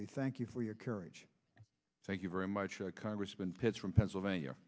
day thank you for your courage thank you very much congressman pitts from pennsylvania